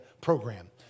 program